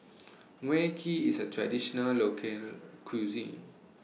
Mui Kee IS A Traditional Local Cuisine